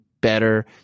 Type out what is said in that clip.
better